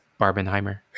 Barbenheimer